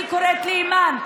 אני קוראת לאימאן,